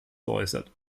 geäußert